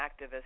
activist